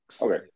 Okay